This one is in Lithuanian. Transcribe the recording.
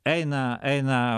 eina eina